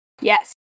Yes